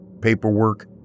Paperwork